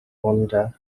vonda